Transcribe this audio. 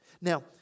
Now